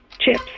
Chips